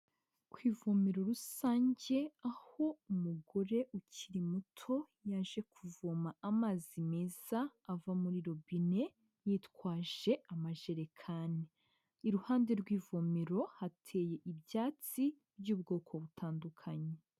Ku ivomero rusange, aho umugore ukiri muto, yaje kuvoma amazi meza ava muri robine, yitwaje amajerekani. Iruhande rw'ivomero, hateye ibyatsi by'ubwoko butandukanye.